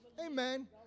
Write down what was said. Amen